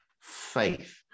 faith